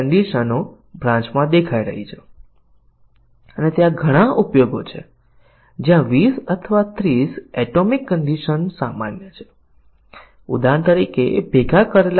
Euclid GCD પ્રોગ્રામમાં બે શાખા શરતો છે તેથી આપણે ચાર શાખા પરિણામો ચાર શક્ય શાખા પરિણામો છે અને તેમાથી કેટલા લેવામાં આવ્યા એના આધાર પર આપણે અમલી શાખા મળશે